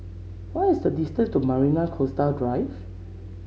what is the distance to Marina Coastal Drive